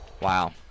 Wow